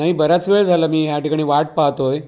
नाही बराच वेळ झाला मी ह्या ठिकाणी वाट पाहत आहे